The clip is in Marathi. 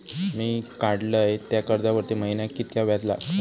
मी काडलय त्या कर्जावरती महिन्याक कीतक्या व्याज लागला?